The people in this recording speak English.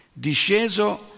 Disceso